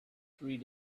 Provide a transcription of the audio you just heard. three